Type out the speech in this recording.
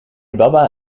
baba